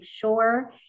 sure